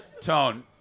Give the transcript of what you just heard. tone